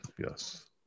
yes